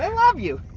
and love you,